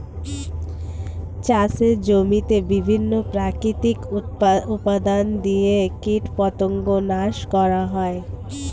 চাষের জমিতে বিভিন্ন প্রাকৃতিক উপাদান দিয়ে কীটপতঙ্গ নাশ করা হয়